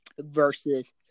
versus